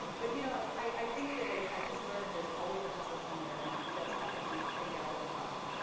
but you know i think that i just learned that there's always a hustle somewhere and you just have to kind of think outside the box,